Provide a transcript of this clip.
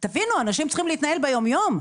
תבינו, אנשים צריכים להתנהל ביום-יום.